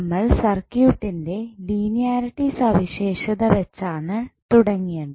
നമ്മൾ സർക്യൂട്ടിൻ്റെ ലീനിയരിറ്റി സവിശേഷത വെച്ചാണ് തുടങ്ങിയത്